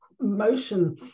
motion